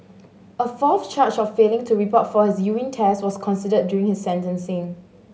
a fourth charge of failing to report for his urine test was considered during his sentencing